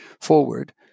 forward